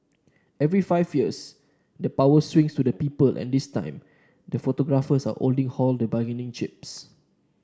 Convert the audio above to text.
every five years the power swings to the people and this time the photographers are only holding the bargaining chips